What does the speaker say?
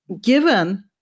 given